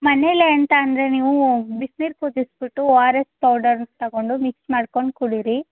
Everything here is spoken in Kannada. ಮನೆಲ್ಲೆ ಎಂತ ಅಂದರೆ ನೀವು ಬಿಸಿನೀರು ಕುದಿಸಿಬಿಟ್ಟು ಓ ಆರ್ ಎಸ್ ಪೌಡರ್ ತೊಗೊಂಡು ಮಿಕ್ಸ್ ಮಾಡ್ಕೊಂಡು ಕುಡಿರಿ